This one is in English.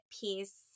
piece